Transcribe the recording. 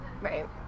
Right